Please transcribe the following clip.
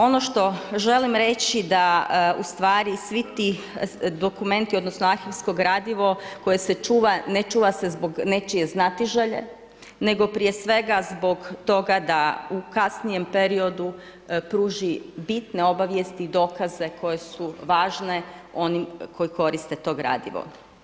Ono što želim reći da svi ti dokumenti odnosno arhivsko gradivo koje se čuva, ne čuva se zbog nečije znatiželje nego prije svega zbog toga da u kasnijem periodu pruži bitne obavijesti i dokaze koje su važne onim koji koriste to gradivo.